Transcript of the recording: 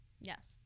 Yes